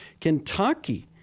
Kentucky